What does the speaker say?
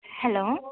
hello